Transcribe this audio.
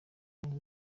neza